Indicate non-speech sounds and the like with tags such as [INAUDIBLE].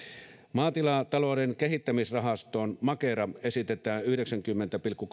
maatilatalouden kehittämisrahastoon makeraan esitetään yhdeksänkymmenen pilkku [UNINTELLIGIBLE]